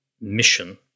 mission